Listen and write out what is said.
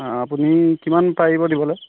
আপুনি কিমান পাৰিব দিবলৈ